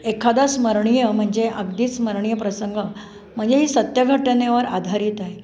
एखादा स्मरणीय म्हणजे अगदीच स्मरणीय प्रसंग म्हणजे ही सत्यघटनेवर आधारित आहे